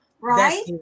Right